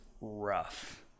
rough